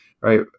right